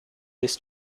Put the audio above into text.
this